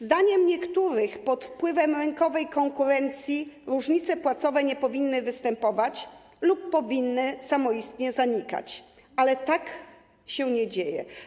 Zdaniem niektórych pod wpływem rynkowej konkurencji różnice płacowe nie powinny występować lub powinny samoistnie zanikać, ale tak się nie dzieje.